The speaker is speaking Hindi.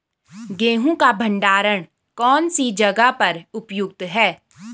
गेहूँ का भंडारण कौन सी जगह पर उपयुक्त है?